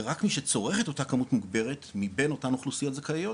ורק מי שצורך את אותה כמות מוגברת מבין אותן אוכלוסיות זכאיות